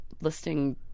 listing